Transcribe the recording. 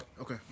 Okay